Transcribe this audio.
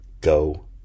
Go